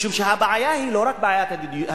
משום שהבעיה היא לא רק בעיית הדיור,